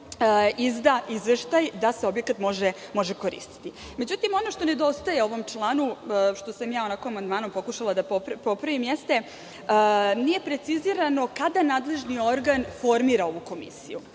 izda izveštaj da se objekat može koristiti.Međutim, ono što nedostaje ovom članu, što sam ja amandmanom pokušala da popravim, jeste da nije precizirano kada nadležni organ formira ovu komisiju.